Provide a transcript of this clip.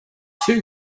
two